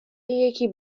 یکی